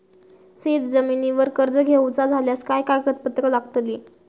शेत जमिनीवर कर्ज घेऊचा झाल्यास काय कागदपत्र लागतली?